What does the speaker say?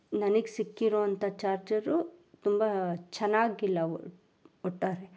ನನಗ್ ಸಿಕ್ಕಿರುವಂತ ಚಾರ್ಜರು ತುಂಬ ಚೆನ್ನಾಗಿಲ್ಲ ಒಟ್ಟಾರೆ